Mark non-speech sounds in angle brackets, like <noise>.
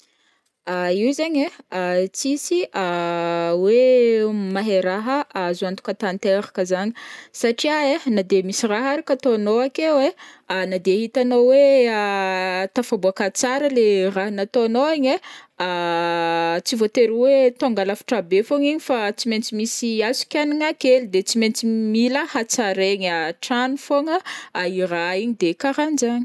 <hesitation> Io zaigny ai <hesitation> tsisy <hesitation> hoe mahay raha azo antoka tanteraka zany satria ai na de misy raha ary ka ataonao akeo ai, <hesitation> na de hitanao hoe <hesitation> tafaboaka tsara le raha nataonao igny ai <hesitation> tsy voatery hoe tonga lafatra be fogna igny fa tsy maintsy misy azo kianigna kely, de tsy maintsy mila hatsaraigna hatrany fogna i raha igny de karahan'jany.